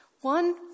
One